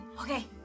Okay